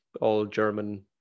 all-German